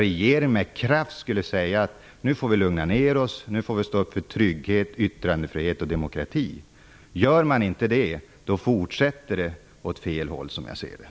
Regeringen skall med kraft säga att det är dags att lugna ned sig, stå för trygghet och yttrandefrihet och demokrati. Om inte detta sker, kommer utvecklingen att fortsätta åt fel håll.